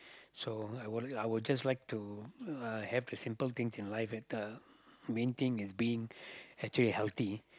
so I will I will just like to uh have the simple things in life and the main thing is being actually healthy